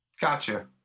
Gotcha